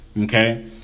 okay